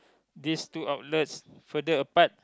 these two outlets further apart